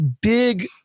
big